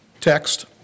text